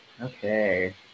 Okay